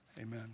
Amen